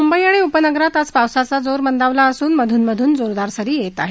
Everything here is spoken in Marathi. मुंबई आणि उपनगरात आज पावसाचा जोर मंदावला असून मधून मधून जोरदार सरी येत आहेत